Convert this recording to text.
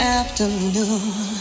afternoon